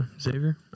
Xavier